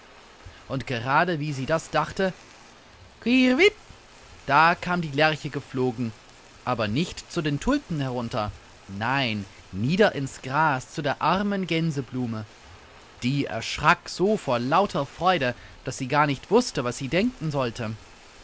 und gerade wie sie das dachte quirrvit da kam die lerche geflogen aber nicht zu den tulpen herunter nein nieder ins gras zu der armen gänseblume die erschrak so vor lauter freude daß sie gar nicht wußte was sie denken sollte